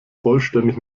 vollständig